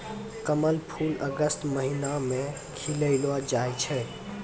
कमल फूल अगस्त महीना मे खिललो जाय छै